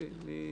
עזבי.